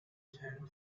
tank